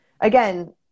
again